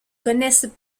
connaissent